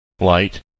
light